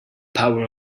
power